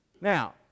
Now